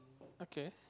okay